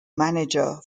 manager